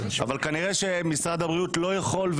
כנראה משרד הבריאות לא יכול,